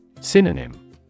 Synonym